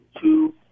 two